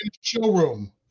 Showroom